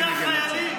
שאלת,